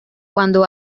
cuando